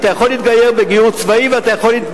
אתה יכול להתגייר גיור צבאי ואתה יכול,